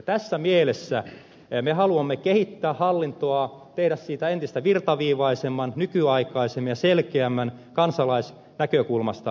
tässä mielessä me haluamme kehittää hallintoa tehdä siitä entistä virtaviivaisemman nykyaikaisen ja selkeämmän kansalaisnäkökulmasta ajateltuna